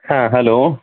ہاں ہیلو